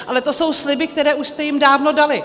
Ale to jsou sliby, které už jste jim dávno dali.